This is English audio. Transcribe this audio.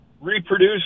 reproduce